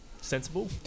sensible